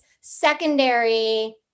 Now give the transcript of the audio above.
secondary